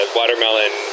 watermelon